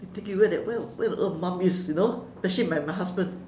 thinking where did where on earth mom is you know especially my my husband